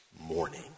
morning